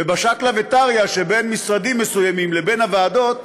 ובשקלא וטריא שבין משרדים מסוימים לבין הוועדות